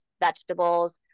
vegetables